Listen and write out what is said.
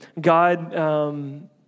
God